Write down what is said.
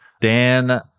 Dan